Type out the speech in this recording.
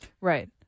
Right